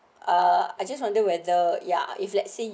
uh I just wonder whether ya if let's say